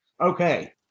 okay